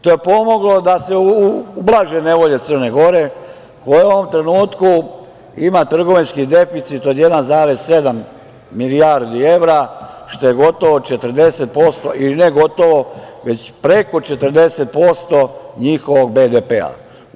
To je pomoglo da se ublaže nevolje Crne Gore, koja u ovom trenutku ima trgovinski deficit od 1,7 milijardi evra, što je gotovo 40%, i ne gotovo već preko 40% njihovog BDP-a.